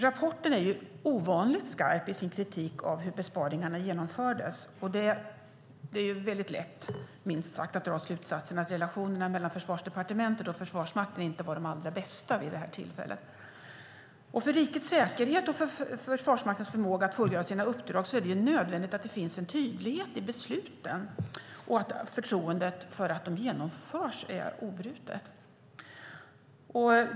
Rapporten är ovanligt skarp i sin kritik av hur besparingarna genomfördes, och det är väldigt lätt, minst sagt, att dra slutsatsen att relationerna mellan Försvarsdepartementet och Försvarsmakten inte var de allra bästa vid det här tillfället. För rikets säkerhet och för Försvarsmaktens förmåga att fullgöra sina uppdrag är det nödvändigt att det finns en tydlighet i besluten och att förtroendet för att de genomförs är obrutet.